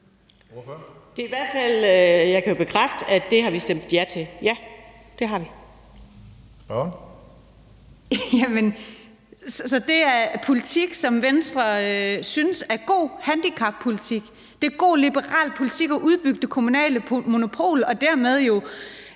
det er politik, som Venstre synes er god handicappolitik, altså det er god liberal politik at udbygge det kommunale monopol